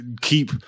keep